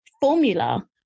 formula